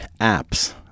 apps